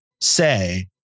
say